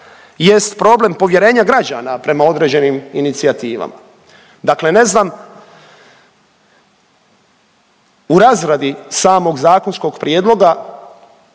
jest problem povjerenja građana prema određenim inicijativama. Dakle, ne znam u razradi samog zakonskog prijedloga